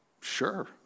Sure